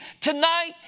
Tonight